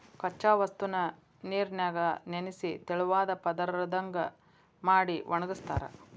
ಕಚ್ಚಾ ವಸ್ತುನ ನೇರಿನ್ಯಾಗ ನೆನಿಸಿ ತೆಳುವಾದ ಪದರದಂಗ ಮಾಡಿ ಒಣಗಸ್ತಾರ